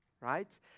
right